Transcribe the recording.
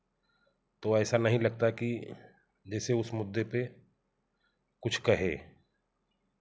तो ऐसा नहीं लगता कि जैसे उस मुद्दे पर कुछ कहे